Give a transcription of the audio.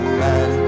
man